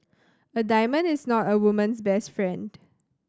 a diamond is not a woman's best friend